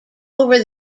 over